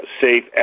safe